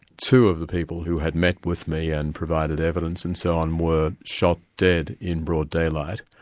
two of the people who had met with me, and provided evidence and so on, were shot dead in broad daylight,